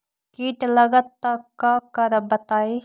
कीट लगत त क करब बताई?